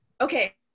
Okay